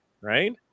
right